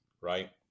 Right